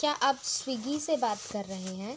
क्या आप स्विग्गी से बात कर रहे हैं